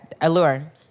Allure